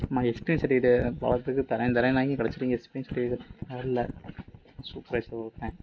இந்த மாதிரி experience certificate தரறேன் தர்றேன்னாய்ங்க கடைசி வரைக்கும் எக்ஸ்பீரியன்ஸ் சர்டிஃபிகேட் தரல சூப்பர்வைஸர ஒருத்தன்